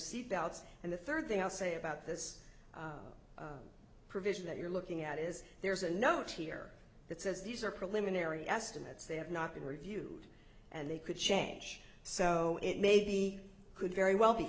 seat belts and the third thing i'll say about this provision that you're looking at is there's a note here that says these are preliminary estimates they have not been reviewed and they could change so it maybe could very well be